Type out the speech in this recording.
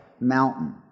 mountain